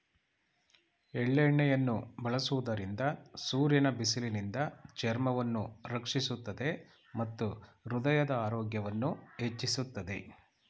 ಎಳ್ಳೆಣ್ಣೆಯನ್ನು ಬಳಸುವುದರಿಂದ ಸೂರ್ಯನ ಬಿಸಿಲಿನಿಂದ ಚರ್ಮವನ್ನು ರಕ್ಷಿಸುತ್ತದೆ ಮತ್ತು ಹೃದಯದ ಆರೋಗ್ಯವನ್ನು ಹೆಚ್ಚಿಸುತ್ತದೆ